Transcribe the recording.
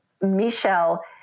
Michelle